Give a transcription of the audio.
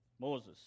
Moses